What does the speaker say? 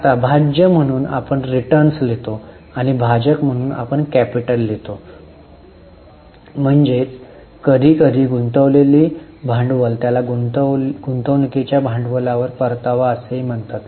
आता भाज्य म्हणून आपण रिटर्न लिहितो आणि भाजक म्हणून आपण कॅपिटल लिहितो म्हणजे कधी कधी गुंतवलेली भांडवल त्याला गुंतवणूकीच्या भांडवलाला परतावा असेही म्हणतात